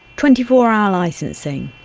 twenty four hour licencing.